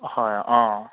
হয় অঁ